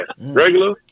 regular